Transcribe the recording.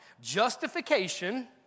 Justification